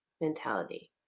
mentality